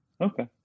Okay